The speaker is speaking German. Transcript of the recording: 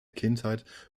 kindheit